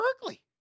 Berkeley